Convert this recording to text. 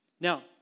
Now